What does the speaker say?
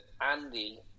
Andy